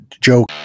Joe